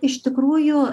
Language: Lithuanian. iš tikrųjų